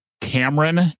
Cameron